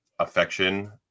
affection